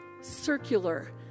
circular